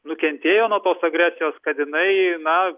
nukentėjo nuo tos agresijos kad jinai na